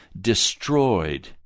destroyed